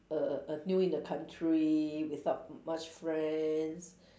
err err new in the country without much friends